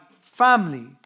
family